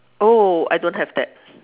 oh I don't have that